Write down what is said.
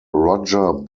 roger